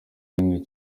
nini